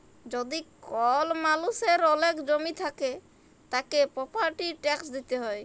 যদি কল মালুষের ওলেক জমি থাক্যে, তাকে প্রপার্টির ট্যাক্স দিতে হ্যয়